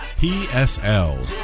psl